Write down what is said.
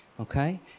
Okay